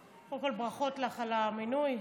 קודם כול, ברכות לך על המינוי.